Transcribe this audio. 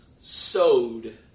sowed